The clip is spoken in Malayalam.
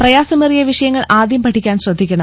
പ്രയാസമേറിയ വിഷയങ്ങൾ ആദ്യം പഠിക്കാൻ ശ്രദ്ധിക്കണം